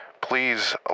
Please